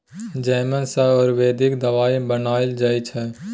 जमैन सँ आयुर्वेदिक दबाई बनाएल जाइ छै